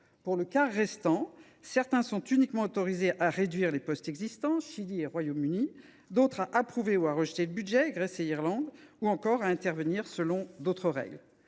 Pour le quart restant, certains sont uniquement autorisés à réduire les postes existants – le Chili et le Royaume Uni –, d’autres à approuver ou à rejeter le budget – la Grèce et l’Irlande –, ou encore à intervenir selon d’autres règles.